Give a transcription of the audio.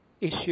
issue